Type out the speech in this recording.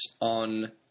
on